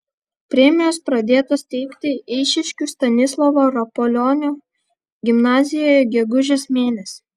premijos pradėtos teikti eišiškių stanislovo rapolionio gimnazijoje gegužės mėnesį